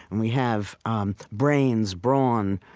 and we have um brains, brawn,